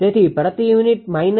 તેથી પ્રતિ યુનિટ 0